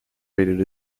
rated